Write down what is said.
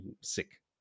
sick